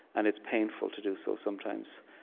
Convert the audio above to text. and it's painful to do so, sometimes,